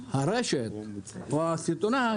הרשת או הסיטונאי